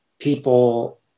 people